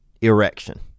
Erection